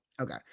Okay